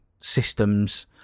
systems